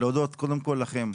להודות קודם כל לכם,